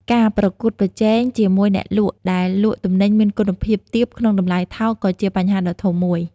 ការប្រកួតប្រជែងជាមួយអ្នកលក់ដែលលក់ទំនិញមានគុណភាពទាបក្នុងតម្លៃថោកក៏ជាបញ្ហាដ៏ធំមួយ។